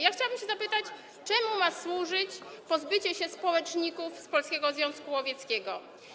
Ja chciałabym zapytać, czemu ma służyć pozbycie się społeczników z Polskiego Związku Łowieckiego.